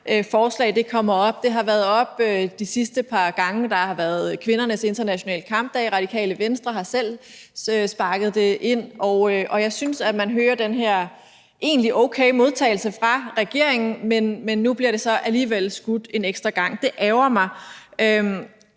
forslag kommer op. Det har været oppe de sidste par gange, der har været kvindernes internationale kampdag. Radikale Venstre har selv sparket det ind. Og jeg synes, at man hører den her egentlig okay modtagelse fra regeringen, men nu bliver det så alligevel skudt en ekstra gang. Det ærgrer mig,